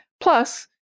Plus